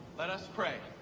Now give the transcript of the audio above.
let us pray.